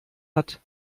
hat